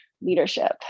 leadership